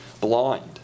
blind